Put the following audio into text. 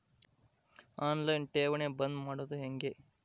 On line ಠೇವಣಿ ಬಂದ್ ಮಾಡೋದು ಹೆಂಗೆ?